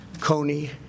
Coney